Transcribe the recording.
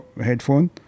headphone